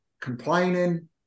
complaining